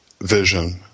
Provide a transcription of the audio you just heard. vision